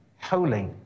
holy